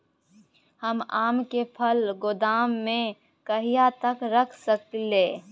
हम आम के फल गोदाम में कहिया तक रख सकलियै?